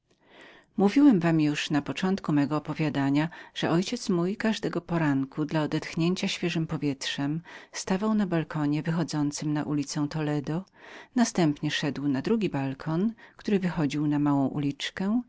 mówiłem wam już na początku mego opowiadania że mój ojciec każdego poranku dla odetchnięcia świeżem powietrzem stawał na balkonie wychodzącym na ulicę toledo następnie stawał na drugim balkonie który wychodził na małą uliczkę